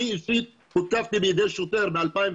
אני אישית הותקפתי בידי שוטר ב-2018.